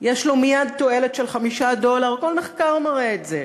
יש לו מייד תועלת של 5 דולר, כל מחקר מראה את זה,